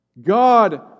God